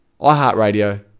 iHeartRadio